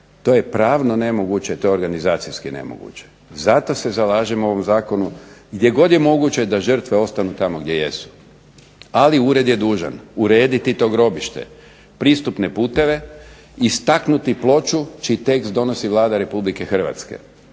to je pravno nemoguće, to je organizacijski nemoguće. Zato se zalažemo u zakonu gdje god je moguće da žrtve ostanu tamo gdje jesu. Ali, ured je dužan urediti to grobište, pristupne puteve, istaknuti ploču čiji tekst donosi Vlada Republike Hrvatske,